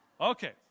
Okay